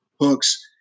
hooks